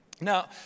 Now